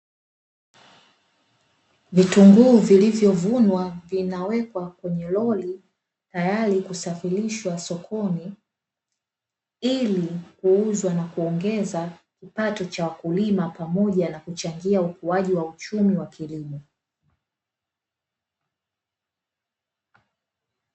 Vitunguu vilivyovunwa vinawekwa kwenye lori tayari kusafirishwa sokoni, ili kuuzwa na kuongeza kipato cha wakulima pamoja na kuchangia ukuaji wa uchumi wa kilimo.